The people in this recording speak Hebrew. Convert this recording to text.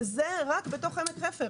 וזה רק בתוך עמק חפר.